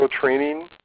training